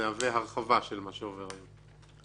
מהווה הרחבה של מה שעובר היום.